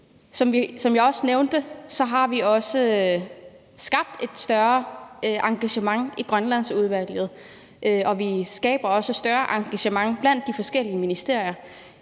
Som jeg også nævnte, har vi også skabt et større engagement i Grønlandsudvalget, og vi skaber også et større engagement i de forskellige ministerier,